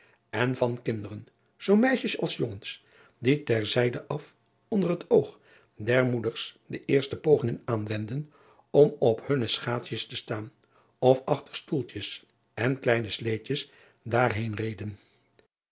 en van kinderen zoo meisjes als jongens die ter zijde af onder het oog der moeders de eerste pogingen aanwendden om op hunne schaatsjes te staan of ach driaan oosjes zn et leven van aurits ijnslager ter stoeltjes en kleine sleedjes daar heen reden